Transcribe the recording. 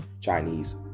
Chinese